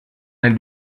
nel